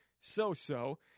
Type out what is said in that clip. so-so